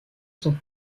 son